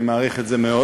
אני מעריך את זה מאוד.